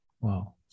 Wow